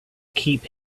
keep